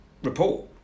Report